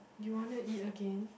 you want to eat again